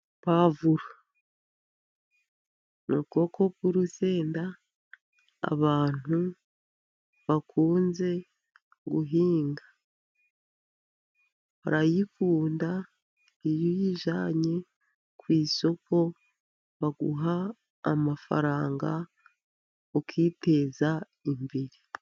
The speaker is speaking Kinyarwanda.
Pavuro ni ubwoko bw'urusenda abantu bakunze guhinga barayikunda, iyo uyijyanye ku isoko, baguha amafaranga ukiteza imbere.